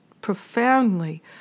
profoundly